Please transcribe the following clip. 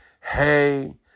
hey